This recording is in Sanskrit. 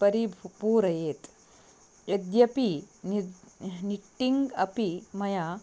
परि भु पूरयेत् यद्यपि निट्टिङ्ग् अपि मया